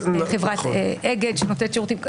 חברת אגד שנותנת שירותים.